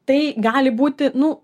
tai gali būti nu